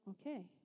okay